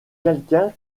quelqu’un